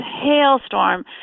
hailstorm